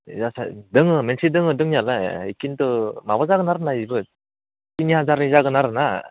एदिदासआ दङ मोनसे दङ दंनायालाय खिन्थु माबा जागोन आरो ना बेबो थिनि हाजारनि जागोन आरो ना